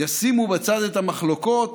ישימו בצד את המחלוקות,